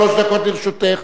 שלוש דקות לרשותך.